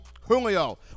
Julio